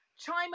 chime